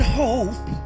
hope